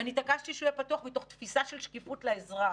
ואני התעקשתי שהוא יהיה פתוח מתוך תפיסה של שקיפות לאזרח.